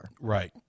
Right